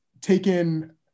taken